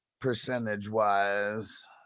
percentage-wise